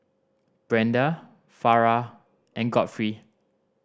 Brenda Farrah and Godfrey